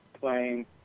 playing